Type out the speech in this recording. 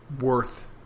worth